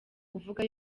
uvuga